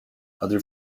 other